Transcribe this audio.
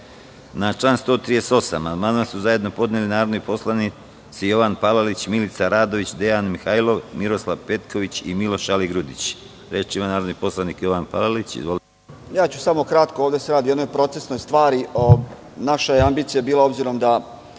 član 138. amandman su zajedno podneli narodni poslanici Jovan Palalić, Milica Radović, Dejan Mihajlov, Miroslav Petković i Miloš Aligrudić. Reč ima narodni poslanik Jovan Palalić. Izvolite. **Jovan Palalić** Samo ću kratko. Ovde se radi o jednoj procesnoj stvari. Naša ambicija je bila, obzirom da